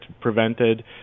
prevented